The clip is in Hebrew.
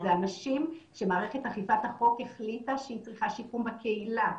אלה אנשים שמערכת אכיפת החוק החליטה שהם צריכים שיקום בקהילה.